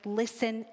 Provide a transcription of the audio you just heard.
listen